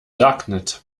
darknet